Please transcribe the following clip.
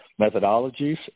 methodologies